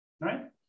right